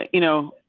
you know,